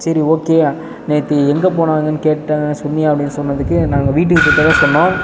சரி ஓகே நேற்று எங்கே போனாங்கன்னு கேட்டேன் சொன்னியா அப்படினு சொன்னதுக்கு நாங்கள் வீட்டுக்கு போயிட்டதா சொன்னோம்